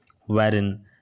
wherein